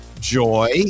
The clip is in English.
Joy